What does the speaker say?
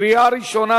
קריאה ראשונה.